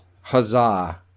Huzzah